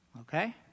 okay